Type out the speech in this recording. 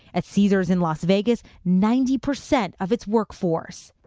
at caesars in las vegas, ninety percent of its workforce.